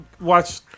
watch